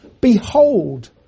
Behold